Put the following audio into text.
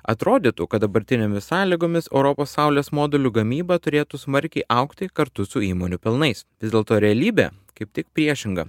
atrodytų kad dabartinėmis sąlygomis europos saulės modulių gamyba turėtų smarkiai augti kartu su įmonių pelnais vis dėlto realybė kaip tik priešinga